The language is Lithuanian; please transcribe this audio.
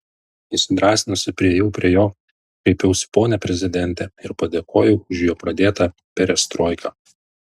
įsidrąsinusi priėjau prie jo kreipiausi pone prezidente ir padėkojau už jo pradėtą perestroiką